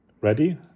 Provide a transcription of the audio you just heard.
Ready